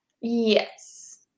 Yes